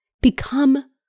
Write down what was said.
Become